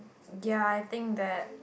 ya I think that